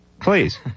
Please